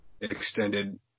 extended